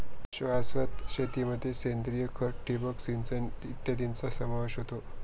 शाश्वत शेतीमध्ये सेंद्रिय खत, ठिबक सिंचन इत्यादींचा समावेश होतो